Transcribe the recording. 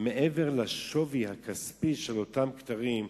מעבר לשווי הכספי של אותם כתרים,